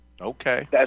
Okay